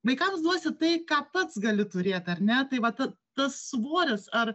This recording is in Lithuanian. vaikams duosi tai ką pats gali turėt ar ne tai vat tas svoris ar